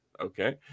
Okay